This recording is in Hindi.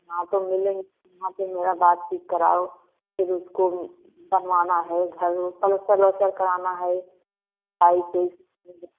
हाँ तो मिलेंगे वहाँ पर मेरा बातचीत करोओ फिर उसको बनवाना है घर वर प्लस्तर व्लस्तर करवाना है ऐसे